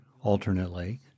alternately